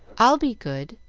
i'll be good,